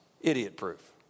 idiot-proof